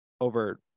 over